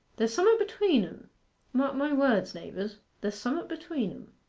there's some'at between em mark my words, naibours there's some'at between em.